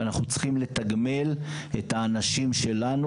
ואנחנו צריכים לתגמל את האנשים שלנו,